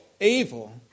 evil